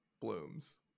blooms